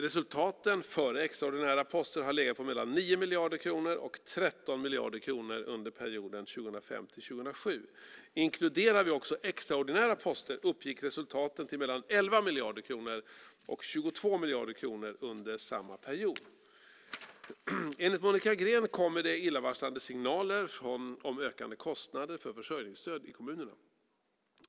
Resultaten före extraordinära poster har legat på mellan 9 miljarder kronor och 13 miljarder kronor under perioden 2005-2007. Inkluderar vi också extraordinära poster uppgick resultaten till mellan 11 miljarder kronor och 22 miljarder kronor under samma period. Enligt Monica Green kommer det illavarslande signaler om ökande kostnader för försörjningsstöd i kommunerna.